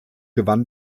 gewann